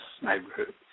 neighborhood